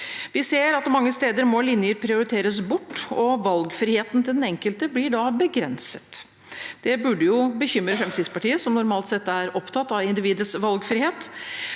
Vi ser at mange steder må linjer prioriteres bort, og valgfriheten til den enkelte blir da begrenset. Det burde bekymre Fremskrittspartiet, som normalt er opptatt av individets valgfrihet,